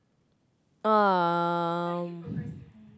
um